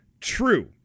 True